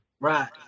Right